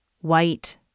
white